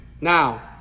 now